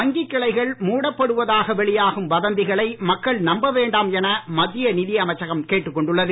வங்கிக் கிளைகள் மூடப்படுவதாக வெளியாகும் வதந்திகளை மக்கள் நம்பவேண்டாம் என மத்திய நிதி அமைச்சகம் கேட்டுக் கொண்டுள்ளது